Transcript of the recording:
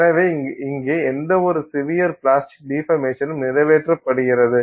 எனவே இங்கே எந்தவொரு சிவியர் பிளாஸ்டிக் டிபர்மேஷன்லும் நிறைவேற்றப்படுகிறது